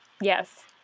Yes